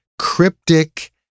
cryptic